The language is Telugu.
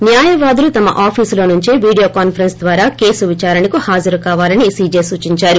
న్యాయవాదులు తమ ఆఫీసులో నుంచే వీడియో కాన్సరెన్స్ ద్వారా కేసు విచారణకు హాజరుకావాలి సీజే సూచించారు